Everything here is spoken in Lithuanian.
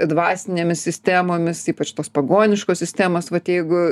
dvasinėmis sistemomis ypač tos pagoniškos sistemos vat jeigu